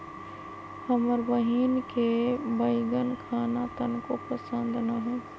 हमर बहिन के बईगन खाना तनको पसंद न हई